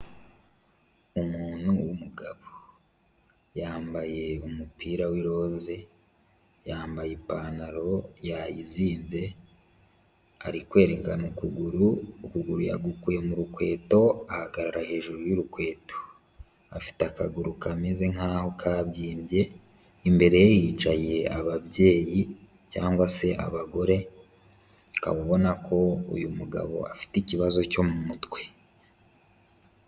Umuntu w'umugabo, yambaye umupira w'iroze, yambaye ipantaro yayizinze, ari kwerekana ukuguru, ukuguru yagukuye mu rukweto ahagarara hejuru y'urukweto. Afite akaguru kameze nk'aho kabyimbye, imbere ye hicaye ababyeyi cyangwa se abagore, ukaba ubona ko uyu mugabo afite ikibazo cyo mu mutwe.